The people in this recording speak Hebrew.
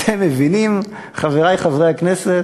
אתם מבינים, חברי חברי הכנסת,